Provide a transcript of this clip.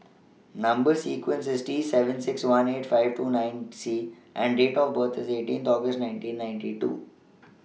Number sequence IS T seven six one eight five two nine C and Date of birth IS eighteenth August nineteen ninety two